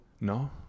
No